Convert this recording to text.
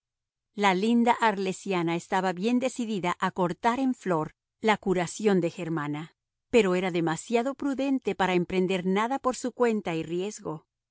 la linda arlesiana estaba bien decidida a cortar en flor la curación de germana pero era demasiado prudente para emprender nada por su cuenta y riesgo